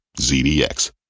ZDX